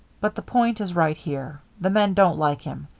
but the point is right here. the men don't like him.